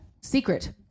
secret